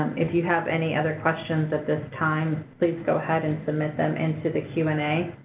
if you have any other questions at this time, please go ahead and submit them into the q and a.